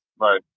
right